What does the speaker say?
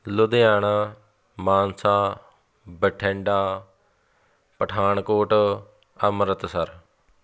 Ludhiana Mansa Bathinda Pathankot Amritsar